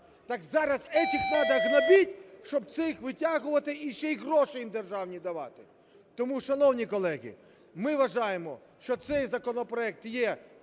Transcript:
Так зараз этих надо гнобить, щоб цих витягувати і ще гроші їм державні давати. Тому, шановні колеги, ми вважаємо, що цей законопроект є